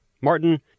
Martin